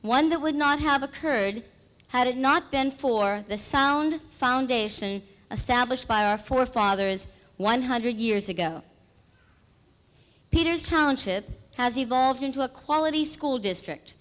one that would not have occurred had it not been for the sound foundation of stablish by our forefathers one hundred years ago peters township has evolved into a quality school district